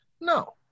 No